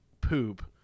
poop